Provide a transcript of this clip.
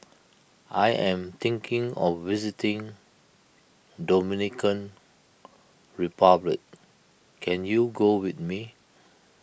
I am thinking of visiting Dominican Republic can you go with me